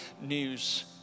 news